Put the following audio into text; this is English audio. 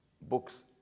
books